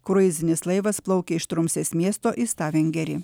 kruizinis laivas plaukė iš trumsės miesto į stavangerį